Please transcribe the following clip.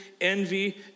envy